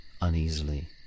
uneasily